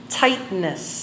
tightness